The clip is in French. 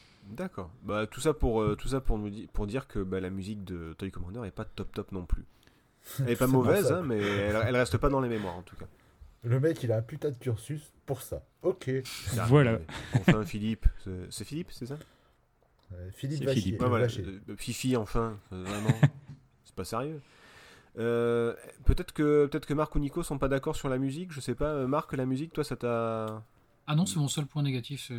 D'accord. Bah, tout ça pour, euh, tout ça pour nous di- pour dire que, bah, la musique de Toy Commander est pas top top non plus. Elle est pas C'est pour mauvaise, ça. hein, mais elle- elle reste pas dans les mémoires, en tout cas. Le mec, il a un putain de cursus pour ça. Ok. Ça, Voilà. mais- enfin, Philippe, c'est- c'est Philippe, c'est ça ? Euh, Philippe C'est Vachier. Philippe. Ouais, Euh, voilà. Vachier. Euh, Fifi, enfin, euh, vraiment. C'est pas sérieux. Euh, peut-être que- peut-être que Marc ou Nico sont pas d'accord sur la musique, je sais pas. Euh, Marc, la musique, toi, ça t'a- Ah non, c'est mon seul point négatif, euh,